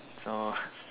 so